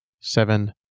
seven